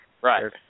right